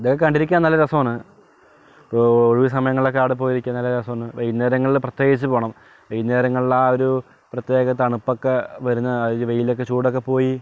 ഇതൊക്കെ കണ്ടിരിക്കാൻ നല്ല രസമാണ് ഇപ്പോൾ ഒഴിവ് സമയങ്ങളിലക്കെ അവിടെ പോയിരിക്കാം നല്ല രസമാണ് വൈകുന്നേരങ്ങളിൽ പ്രത്യേകിച്ച് പോണം വൈകുന്നേരങ്ങളിൽ ആ ഒരു പ്രത്യേക തണുപ്പൊക്കെ വരുന്നത് വെയിലിൻ്റെ ചൂടൊക്കെ പോയി